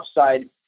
upside